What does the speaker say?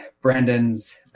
Brandon's